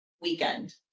weekend